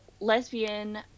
lesbian